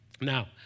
Now